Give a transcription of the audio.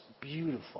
beautiful